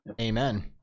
Amen